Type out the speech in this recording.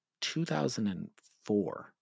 2004